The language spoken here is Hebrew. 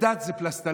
הדת היא פלסטלינה.